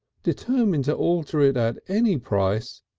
determine to alter it at any price,